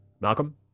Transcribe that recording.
Malcolm